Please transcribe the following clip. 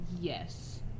Yes